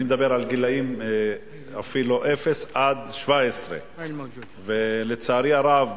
אני מדבר על גילאים אפילו אפס עד 17. לצערי הרב,